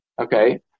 Okay